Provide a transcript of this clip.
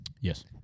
Yes